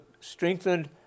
strengthened